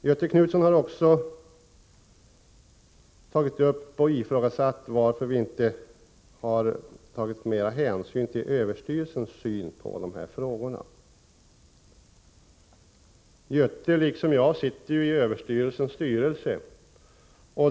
Göthe Knutson har även frågat varför vi inte har tagit mer hänsyn till överstyrelsens syn på de här frågorna. Göthe Knutson liksom jag sitter ju i överstyrelsens styrelse.